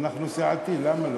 אנחנו סיעתי, למה לא?